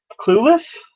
Clueless